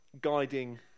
guiding